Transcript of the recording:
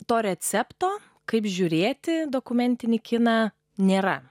to recepto kaip žiūrėti dokumentinį kiną nėra